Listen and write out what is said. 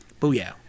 Booyah